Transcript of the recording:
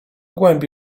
głębi